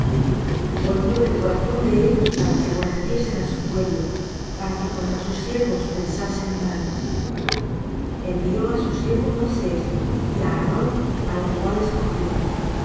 volvió el corazón de ellos para que aborreciesen á su pueblo para que contra sus siervos pensasen mal envió á su siervo moisés y á aarón al cual escogió